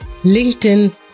LinkedIn